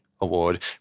Award